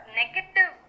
negative